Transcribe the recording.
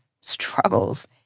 struggles